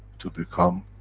to become,